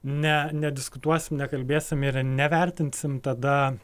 ne nediskutuosim nekalbėsim ir nevertinsim tada